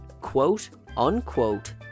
quote-unquote